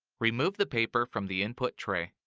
remove the paper from the input tray.